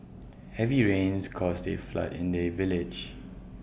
heavy rains caused A flood in the village